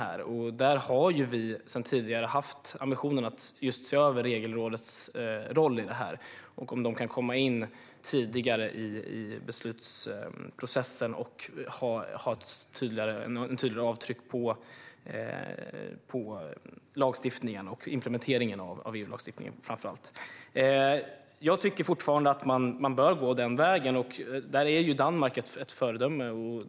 Vi har sedan tidigare haft ambitionen att se över Regelrådets roll i detta sammanhang och undersöka om de kan komma in tidigare i beslutsprocessen och ha ett tydligare avtryck på lagstiftningen och implementeringen av framför allt EU-lagstiftningen. Jag tycker fortfarande att man bör gå den vägen. Här är Danmark ett föredöme.